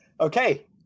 Okay